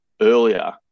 earlier